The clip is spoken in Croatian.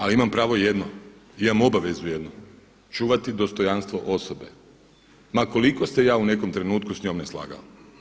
Ali imam pravo jedno, imam obavezu jednu, čuvati dostojanstvo osobe ma koliko se ja u nekom trenutku s njom neslagao.